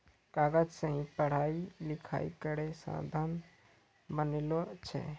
कागज सें ही पढ़ाई लिखाई केरो साधन बनलो छै